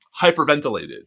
hyperventilated